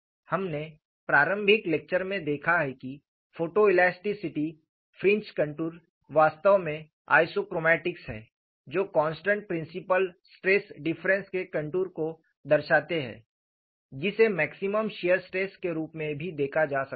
हमने प्रारंभिक लेक्चर में देखा है कि फोटोएलास्टिसिटी फ्रिंज कंटूर वास्तव में आइसोक्रोमैटिक्स हैं जो कॉन्स्टन्ट प्रिंसिपल स्ट्रेस डिफरेंस के कंटूर को दर्शाते हैं जिसे मैक्सिमम शियर स्ट्रेस के रूप में भी देखा जा सकता है